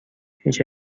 هیچ